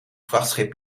vrachtschip